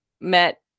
met